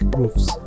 Grooves